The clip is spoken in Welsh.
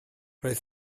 roedd